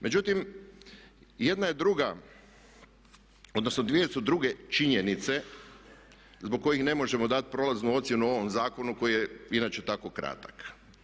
Međutim, jedna je druga odnosno dvije su druge činjenice zbog kojih ne možemo dati prolaznu ocjenu ovom zakonu koji je inače tako kratak.